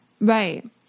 Right